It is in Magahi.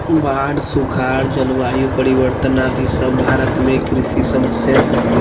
बाढ़, सुखाड़, जलवायु परिवर्तन आदि सब भारत में कृषि समस्या हय